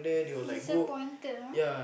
disappointed ah